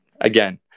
again